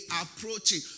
approaching